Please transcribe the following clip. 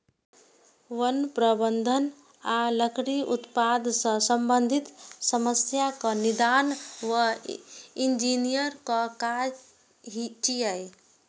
वन प्रबंधन आ लकड़ी उत्पादन सं संबंधित समस्याक निदान वन इंजीनियरक काज छियै